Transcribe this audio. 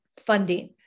funding